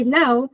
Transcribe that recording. now